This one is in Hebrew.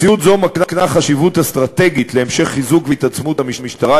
מציאות זו מקנה חשיבות אסטרטגית להמשך חיזוק והתעצמות המשטרה,